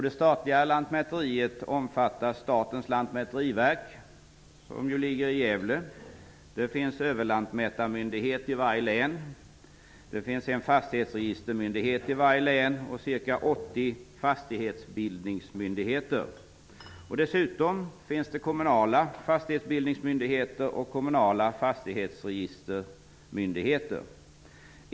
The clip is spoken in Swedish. Det statliga lantmäteriet omfattar Statens lantmäteriverk, som ligger i Gävle. Det finns en överlantmätarmyndighet i varje län, det finns en fastighetsregistermyndighet i varje län och ca 80 fastighetsbildningsmyndigheter. Dessutom finns det kommunala fastighetsbildningsmyndigheter och kommunala fastighetsregistermyndigheter.